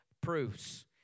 proofs